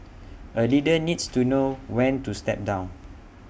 A leader needs to know when to step down